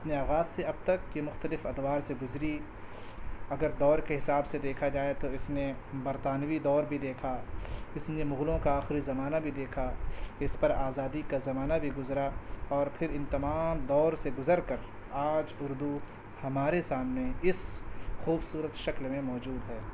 اپنے آغاز سے اب تک یہ مختلف ادوار سے گزری اگر دور کے حساب سے دیکھا جائے تو اس نے برطانوی دور بھی دیکھا اس نے مغلوں کا آخری زمانہ بھی دیکھا اس پر آزادی کا زمانہ بھی گزرا اور پھر ان تمام دور سے گزر کر آج اردو ہمارے سامنے اس خوبصورت شکل میں موجود ہے